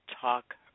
talk